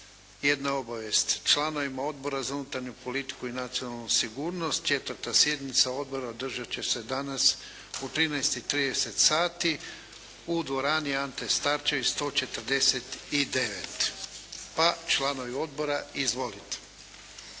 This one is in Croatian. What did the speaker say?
jedna obavijest. Članovima Odbora za unutarnju politiku i nacionalnu sigurnost 4. sjednica odbora održat će se danas u 13,30 sati u dvorani Ante Starčević (149). Pa članovi odbora, izvolite.